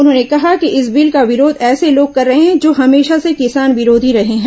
उन्होंने कहा कि इस बिल का विरोध ऐसें लोग कर रहे हैं जो हमेशा से किसान विरोधी रहे हैं